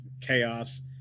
chaos